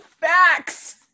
Facts